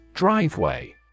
Driveway